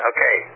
Okay